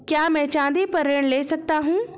क्या मैं चाँदी पर ऋण ले सकता हूँ?